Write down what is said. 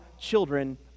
children